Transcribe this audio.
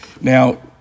Now